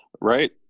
Right